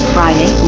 Friday